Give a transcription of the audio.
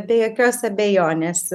be jokios abejonės